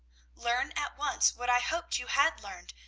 learn at once what i hoped you had learned,